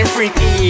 Freaky